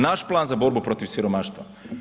Naš plan za borbu protiv siromaštva.